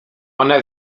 ona